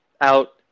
out